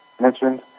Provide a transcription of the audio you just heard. mentioned